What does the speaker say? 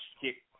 kick